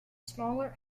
smaller